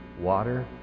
water